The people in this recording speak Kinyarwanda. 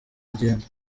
rugendo